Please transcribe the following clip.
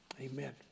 amen